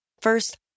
First